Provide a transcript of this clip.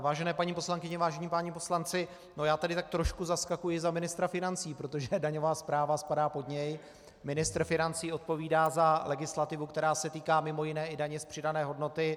Vážené paní poslankyně, vážení páni poslanci, já tady tak trošku zaskakuji za ministra financí, protože daňová správa spadá pod něj, ministr financí odpovídá za legislativu, která se týká mj. i daně z přidané hodnoty.